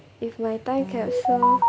if my time capsule